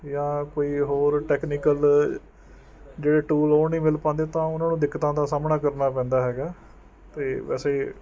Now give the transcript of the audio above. ਜਾਂ ਕੋਈ ਹੋਰ ਟੈਕਨੀਕਲ ਜਿਹੜੇ ਟੂਲ ਉਹ ਨਹੀਂ ਮਿਲ ਪਾਂਉਦੇ ਤਾਂ ਉਹਨਾਂ ਨੂੰ ਦਿੱਕਤਾਂ ਦਾ ਸਾਹਮਣਾ ਕਰਨਾ ਪੈਂਦਾ ਹੈਗਾ ਅਤੇ ਵੈਸੇ